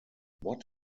what